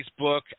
Facebook